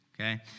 okay